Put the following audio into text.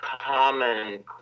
common